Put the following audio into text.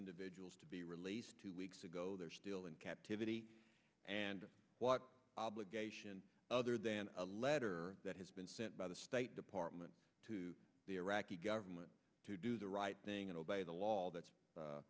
individuals to be released two weeks ago they're still in captivity and what obligation other than a letter that has been sent by the state department to the iraqi govern to do the right thing and obey the law